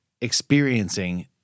experiencing